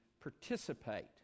participate